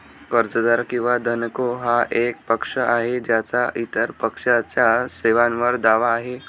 कर्जदार किंवा धनको हा एक पक्ष आहे ज्याचा इतर पक्षाच्या सेवांवर दावा आहे